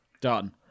Done